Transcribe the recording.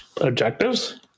objectives